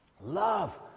love